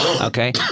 Okay